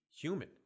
human